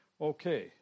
Okay